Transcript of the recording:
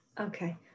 Okay